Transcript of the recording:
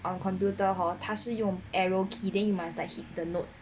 um computer hor 他是用 arrow key then you must like hit the notes